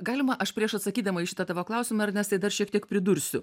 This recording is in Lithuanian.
galima aš prieš atsakydama į šitą tavo klausimą ernestai dar šiek tiek pridursiu